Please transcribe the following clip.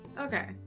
Okay